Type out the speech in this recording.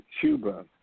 Cuba